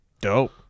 Dope